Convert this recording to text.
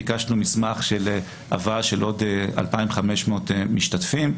ביקשנו מסמך הבאה של עוד 2,500 משתתפים,